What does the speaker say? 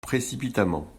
précipitamment